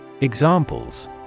Examples